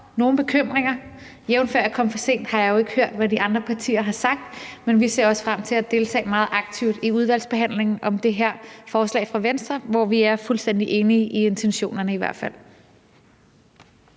nogle bekymringer. Jævnfør at jeg kom for sent, har jeg jo ikke hørt, hvad de andre partier har sagt, men vi ser også frem til at deltage meget aktivt i udvalgsbehandlingen om det her forslag fra Venstre, hvor vi i hvert fald er fuldstændig enige i intentionerne. Kl.